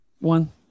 one